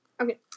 Okay